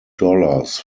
dollars